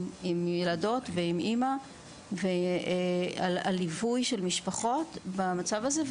ילדות ועם אימא על ליווי של משפחות במצב הזה,